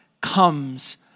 comes